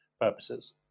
purposes